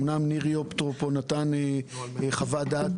אמנם ניר יופיטרו נתן חוות דעת,